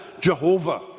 Jehovah